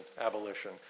abolition